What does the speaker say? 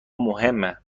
مهمه